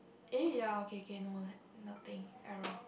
eh ya okay K no like nothing error